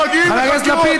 והם מגיעים לחקירות,